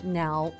now